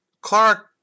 Clark